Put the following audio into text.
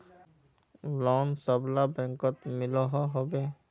Loan सबला बैंकोत मिलोहो होबे?